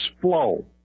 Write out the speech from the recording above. flow